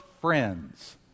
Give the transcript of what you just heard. friends